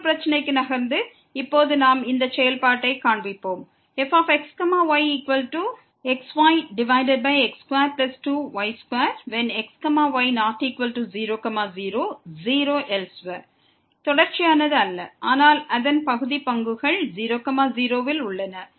மற்றொரு பிரச்சினைக்கு நகர்ந்து இப்போது நாம் இந்த செயல்பாட்டைக் காண்பிப்போம் fxyxyx22y2xy≠00 0elsewhere தொடர்ச்சியானது அல்ல ஆனால் அதன் பகுதி பங்குகள் 0 0 இல் உள்ளன